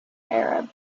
arab